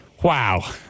Wow